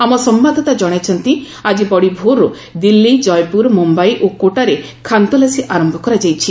ଆମ ସମ୍ଭାଦଦାତା ଜଣାଇଛନ୍ତି ଆଜି ବଡ଼ିଭୋରୁ ଦିଲ୍ଲୀ କୟପୁର ମୁମ୍ୟାଇ ଓ କୋଟାରେ ଖାନତଲାସି ଆରମ୍ଭ କରାଯାଇଛି